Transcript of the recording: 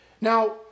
Now